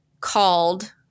called